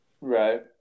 Right